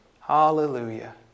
Hallelujah